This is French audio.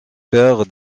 paire